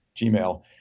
Gmail